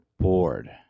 bored